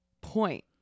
point